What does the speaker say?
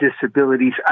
disabilities